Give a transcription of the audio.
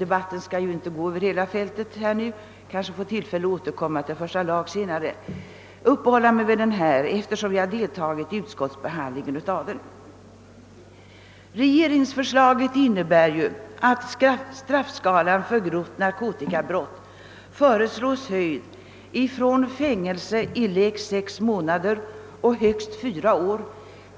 Debatten skall ju inte omspänna hela fältet nu, men jag kanske får tillfälle att återkomma till första lagutskottets utlåtande nr 16 senare. Regeringsförslaget innebär att straffskalan för grovt narkotikabrott höjs från fängelse i lägst sex månader och högst fyra år